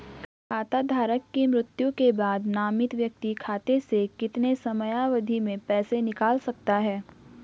खाता धारक की मृत्यु के बाद नामित व्यक्ति खाते से कितने समयावधि में पैसे निकाल सकता है?